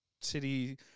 city